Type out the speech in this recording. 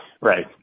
Right